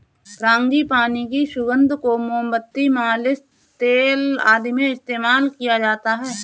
frangipani की सुगंध को मोमबत्ती, मालिश तेल आदि में इस्तेमाल किया जाता है